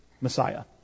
Messiah